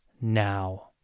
now